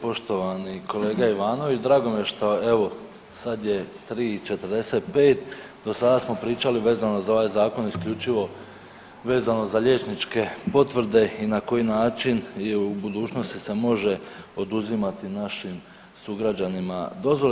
Poštovani kolega Ivanović drago mi je šta evo sad je 3 i 45, do sada smo pričali vezano uz ovaj zakon isključivo vezano za liječničke potvrde i na koji način je u budućnosti se može oduzimati našim sugrađanima dozvole.